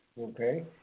Okay